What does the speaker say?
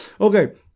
Okay